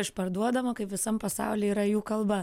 išparduodama kaip visam pasauly yra jų kalba